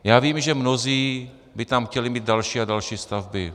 Já vím, že mnozí by tam chtěli mít další a další stavby.